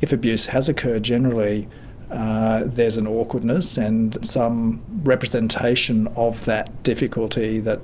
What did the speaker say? if abuse has occurred, generally there's an awkwardness, and some representation of that difficulty that